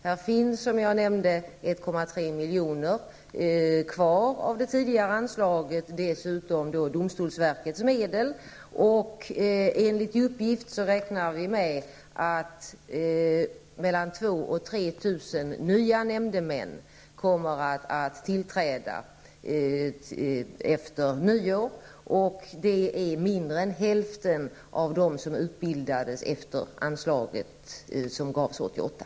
Som jag nämnde i svaret finns det 1,3 milj.kr. kvar av det tidigare anslaget och dessutom finns det medel hos domstolsverket. Enligt uppgift beräknar man att 2 000--3 000 nya nämndemän kommer att tillträda efter nyår. Mindre än hälften av dessa har utbildats efter det att anslaget tilldelades 1988.